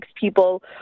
people